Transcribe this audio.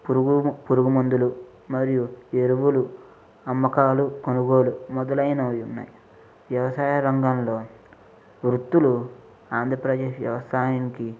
పురుగు పురుగు మందులు మరియు ఎరువులు అమ్మకాలు కొనుగోలు మొదలైనవి ఉన్నాయి వ్యవసాయ రంగంలో వృత్తులు ఆంధ్రప్రదేశ్ వ్యవసాయంకి